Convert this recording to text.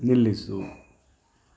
ನಿಲ್ಲಿಸು